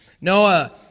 Noah